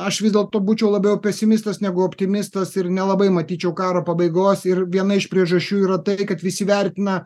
aš vis dėlto būčiau labiau pesimistas negu optimistas ir nelabai matyčiau karo pabaigos ir viena iš priežasčių yra tai kad visi vertina